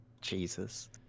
Jesus